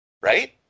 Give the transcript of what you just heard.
Right